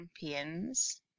champions